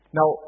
Now